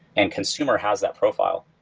and consumer has that profile.